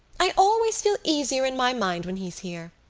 i always feel easier in my mind when he's here.